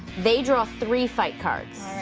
they draw three fight cards.